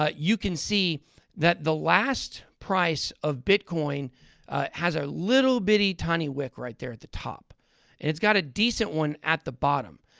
ah you can see that the last price of bitcoin has a little bitty tiny wick right there at the top. and it's got a decent one at the bottom.